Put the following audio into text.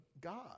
God